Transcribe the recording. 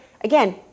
again